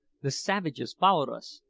the savages followed us,